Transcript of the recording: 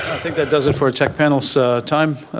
think that does it for tech panel's time.